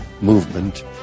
movement